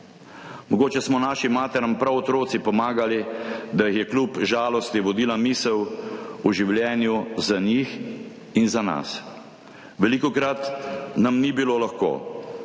Mogoče smo svojim materam prav otroci pomagali, da jih je kljub žalosti vodila misel v življenju za njih in za nas. Velikokrat nam ni bilo lahko.